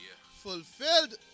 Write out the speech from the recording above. fulfilled